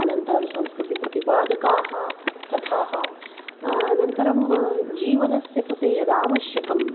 अनन्तरं संस्कृतिप्रतिपादकाः कथाः अनन्तरं जीवनस्य कृते यदावश्यकम्